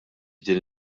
din